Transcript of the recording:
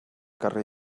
carrer